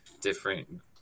different